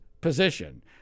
position